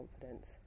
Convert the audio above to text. confidence